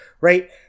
right